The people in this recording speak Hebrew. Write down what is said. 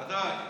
בוודאי.